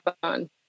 fun